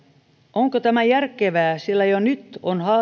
onko tämä järkevää jo nyt on